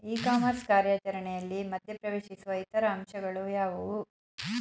E commerce ಕಾರ್ಯಾಚರಣೆಯಲ್ಲಿ ಮಧ್ಯ ಪ್ರವೇಶಿಸುವ ಇತರ ಅಂಶಗಳು ಯಾವುವು?